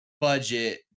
budget